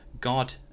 God